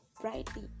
brightly